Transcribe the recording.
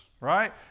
right